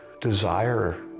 desire